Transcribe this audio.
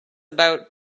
about